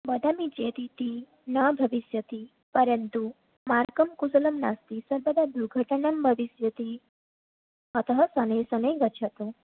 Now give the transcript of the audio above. वदामि चेत् इति न भविष्यति परन्तु मार्गं कुशलं नास्ति सर्वदा दुर्घटनं भविष्यति अतः शनैः शनैः गच्छतु